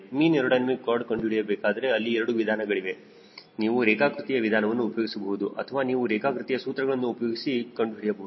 ಮೀನ್ aerodynamic chord ಕಂಡುಹಿಡಿಯಬೇಕಾದರೆ ಅಲ್ಲಿ 2 ವಿಧಾನಗಳಿಗೆ ನೀವು ರೇಖಾಕೃತಿಯ ವಿಧಾನವನ್ನು ಉಪಯೋಗಿಸಬಹುದು ಅಥವಾ ನೀವು ರೇಖಾಕೃತಿಯ ಸೂತ್ರಗಳನ್ನು ಉಪಯೋಗಿಸಿ ಕಂಡುಹಿಡಿಯಬಹುದು